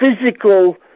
physical